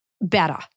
better